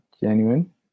genuine